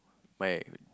my